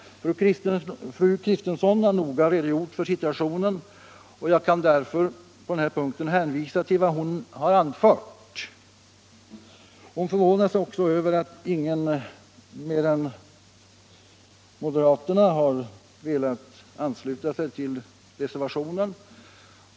Fru Kristensson har noga redogjort för situationen, och jag kan därför hänvisa till vad hon anförde på den här punkten. Hon förvånar sig över att bara moderaterna har velat ansluta sig till reservationen.